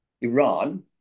Iran